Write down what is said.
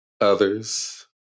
Others